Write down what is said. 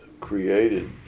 created